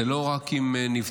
זה לא רק אם הוא נבצר,